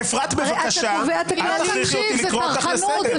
התעוררת גם כשאמרת שאני מעודד אלימות.